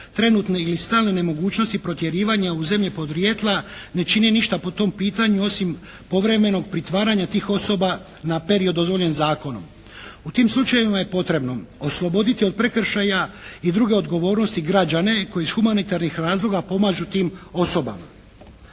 trenutne ili stalne nemogućnosti protjerivanja u zemlje podrijetla ne čine ništa po tom pitanju osim povremenog pritvaranja tih osoba na period dozvoljen zakonom. U tim slučajevima je potrebno osloboditi od prekršaja i druge odgovornosti građane koji iz humanitarnih razloga pomažu tim osobama.